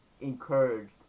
encouraged